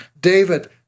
David